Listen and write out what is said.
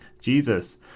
Jesus